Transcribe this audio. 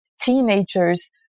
teenagers